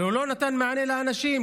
אבל הוא לא נתן מענה לאנשים,